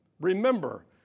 Remember